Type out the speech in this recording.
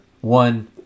One